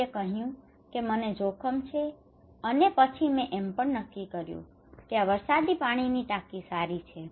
કોઈએ કહ્યું કે મને જોખમ છે અને પછી મે એમ પણ નક્કી કર્યું કે આ વરસાદી પાણીની ટાંકી સારી છે